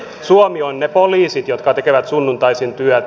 suomi on ne poliisit jotka tekevät sunnuntaisin työtä